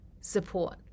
support